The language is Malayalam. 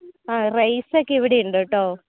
ആ റൈസൊക്കെ ഇവിടെ ഉണ്ട് കേട്ടോ